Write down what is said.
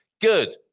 good